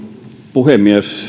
puhemies